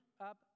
up